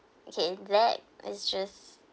okay that is just